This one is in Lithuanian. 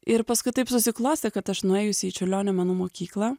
ir paskui taip susiklostė kad aš nuėjusi į čiurlionio menų mokyklą